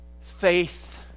faith